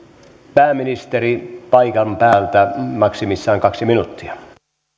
pääministeri paikan päältä maksimissaan kaksi minuuttia